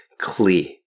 Clear